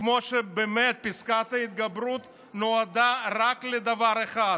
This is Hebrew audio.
כמו שבאמת פסקת ההתגברות נועדה רק לדבר אחד: